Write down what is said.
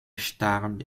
starb